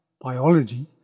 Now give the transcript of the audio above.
biology